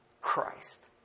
Christ